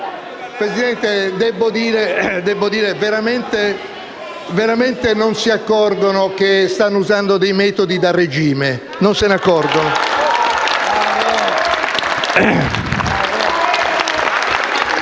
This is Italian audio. Presidente, debbo dire che veramente non si accorgono che stanno usando dei metodi da regime. *(Applausi